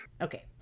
Okay